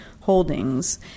holdings